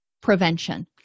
prevention